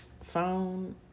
phone